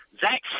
Zach